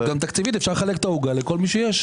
תקציבית, אפשר לחלק את העוגה לכל מי שנמצא.